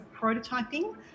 prototyping